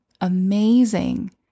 amazing